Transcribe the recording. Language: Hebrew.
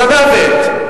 למוות.